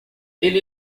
ele